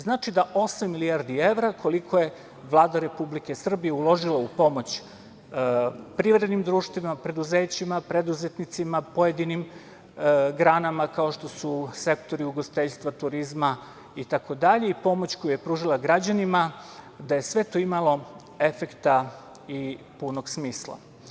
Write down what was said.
Znači, da osam milijardi evra, koliko je Vlada Republike Srbije uložila u pomoć privrednim društvima, preduzećima, preduzetnicima, pojedinim granama kao što su sektori ugostiteljstva, turizma itd, i pomoć koju je pružala građanima, da je sve to imalo efekta i punog smisla.